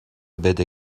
بده